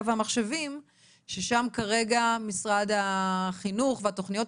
והמחשבים ששם כרגע משרד החינוך והתוכניות